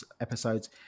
episodes